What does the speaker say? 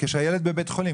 על-כך שהילד נמצא בבית חולים.